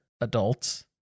adults